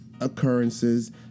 occurrences